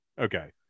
Okay